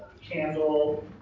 candle